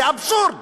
זה אבסורד,